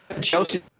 Chelsea